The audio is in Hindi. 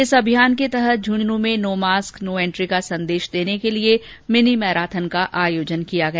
इस अभियान के तहत झंझनूं में नो मास्क नो एंट्री का संदेश देने के लिए भिनी मैराथन का आयोजन किया गया